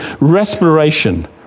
respiration